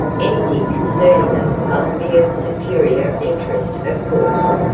anything concerning them must be of superior interest of course.